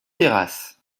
terrasse